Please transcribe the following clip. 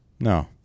No